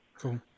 Cool